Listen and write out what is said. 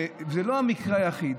זה לא המקרה היחיד.